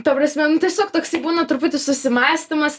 ta prasme nu tiesiog toksai būna truputį susimąstymas